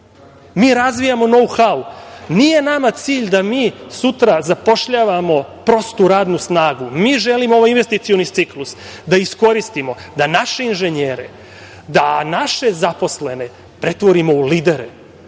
Mi razvijamo „know how“. Nije nama cilj da mi sutra zapošljavamo prostu radnu snagu, mi želimo ovaj investicioni ciklus da iskoristimo da naše inženjere i naše zaposlene pretvorimo u lidere,